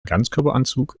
ganzkörperanzug